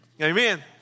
Amen